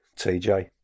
TJ